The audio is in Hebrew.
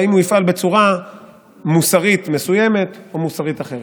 ואם הוא יפעל בצורה מוסרית מסוימת או מוסרית אחרת.